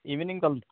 evening चलत